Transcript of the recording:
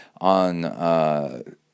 on